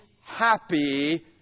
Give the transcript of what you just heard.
happy